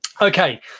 Okay